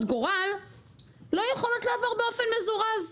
גורל לא יכולות לעבור באופן מזורז,